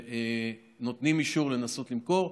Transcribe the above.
שנותנים אישור לנסות למכור.